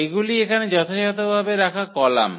এগুলি এখানে যথাযথভাবে রাখা কলাম